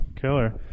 killer